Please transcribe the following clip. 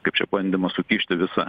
kaip čia bandymas sukišti visą